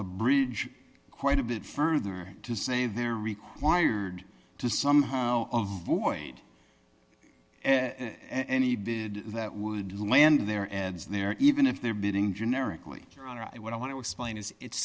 a bridge quite a bit further to say they're required to somehow avoid and any bid that would land their ads there even if they're bidding generically what i want to explain is it's